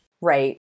Right